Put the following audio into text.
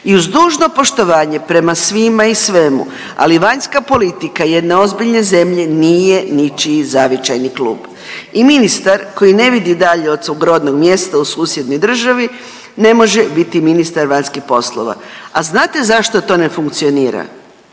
i uz dužno poštovanje prema svima i svemu, ali vanjska politika jedne ozbiljne zemlje nije ničiji zavičajni klub i ministar koji ne vidi dalje od svog rodnog mjesta u susjednoj državi ne može biti ministar vanjskih poslova. A znate zašto to ne funkcionira?